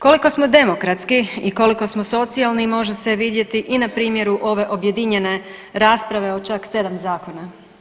Koliko smo demokratski i koliko smo socijalni može se vidjeti i na primjeru ove objedinjene rasprave o čak 7 zakona.